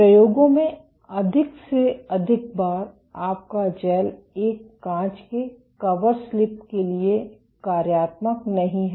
प्रयोगों में अधिक से अधिक बार आपका जैल एक कांच के कवरस्लिप के लिए कार्यात्मक नहीं है